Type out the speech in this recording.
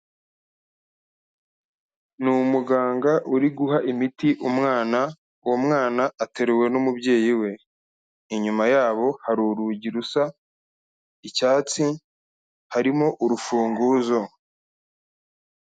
Ni umuganga uri guha imiti umwana, uwo mwana ateruwe n'umubyeyi we, inyuma yabo hari urugi rusa icyatsi, harimo urufunguzo.